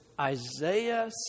Isaiah